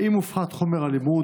2. האם הופחת חומר הלימוד?